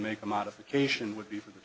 make a modification would be for the